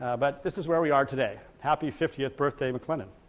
ah but this is where we are today. happy fiftieth birthday mclennan.